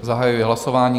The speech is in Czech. Zahajuji hlasování.